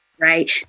right